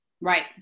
Right